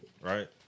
right